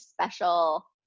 special